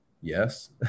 yes